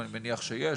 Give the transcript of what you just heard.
אני מניח שכן,